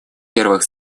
первых